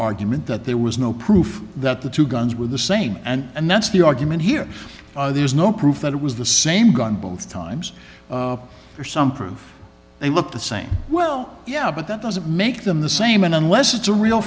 argument that there was no proof that the two guns were the same and that's the argument here there's no proof that it was the same gun both times or some proof they look the same well yeah but that doesn't make them the same and unless it's a real